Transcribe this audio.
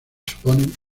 suponen